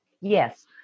Yes